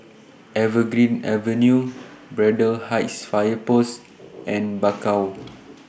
Evergreen Avenue Braddell Heights Fire Post and Bakau